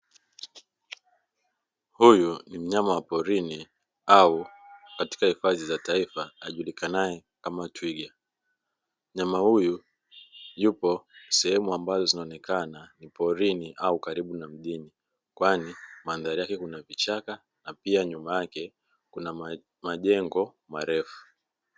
Huyu mnyama wa porini au katika hifadhi za taifa ajulikanaye kama twiga, Mnyama huyu yupo sehemu ambazo zinaonekana ni porini au karibu na mjini kwani mandhari yake kuna vichaka na pia nyuma yake kuna majengo marefu.